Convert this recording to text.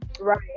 right